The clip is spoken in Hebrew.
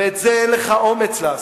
ואת זה אין לך אומץ לעשות.